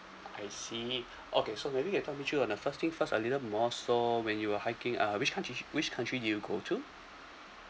I see okay so maybe you can talk me through on uh first thing first a little more so when you were hiking uh which country~ which country did you go to